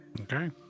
okay